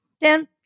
Dan